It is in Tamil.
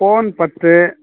ஃபோன் பத்து